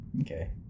Okay